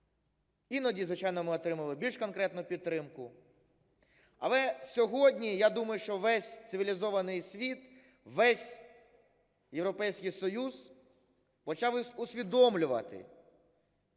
іноді, звичайно, ми отримували більш конкретну підтримку. Але сьогодні, я думаю, що весь цивілізований світ, весь Європейський Союз почав усвідомлювати,